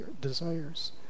desires